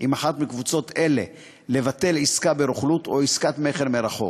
עם אחת הקבוצות האלה לבטל עסקה ברוכלות או עסקת מכר מרחוק.